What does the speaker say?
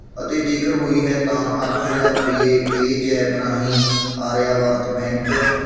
ਅਤੇ ਜੇਕਰ ਹੋਈ ਹੈ ਤਾਂ ਅੱਠ ਹਜ਼ਾਰ ਰੁਪਈਏ ਪੇਜੈਪ ਰਾਹੀਂ ਆਰਿਆਵਰਤ ਬੈਂਕ